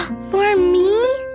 for me?